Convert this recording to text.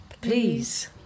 Please